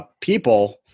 people